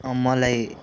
मलाई